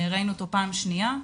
ראינו אותו פעם שנייה.